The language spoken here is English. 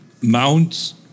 Mounts